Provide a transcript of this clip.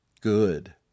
Good